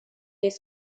des